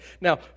Now